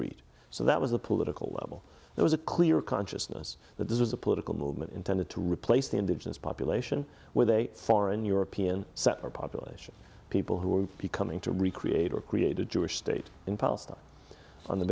read so that was the political level there was a clear consciousness that this was a political movement intended to replace the indigenous population with a foreign european settler population people who were becoming to recreate or create a jewish state in palestine on the